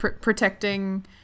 protecting